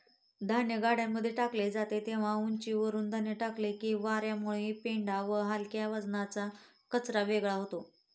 धान्य गाड्यांमध्ये टाकले जाते तेव्हा उंचीवरुन धान्य टाकले की वार्यामुळे पेंढा व हलक्या वजनाचा कचरा वेगळा होतो